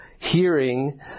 Hearing